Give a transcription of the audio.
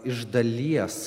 iš dalies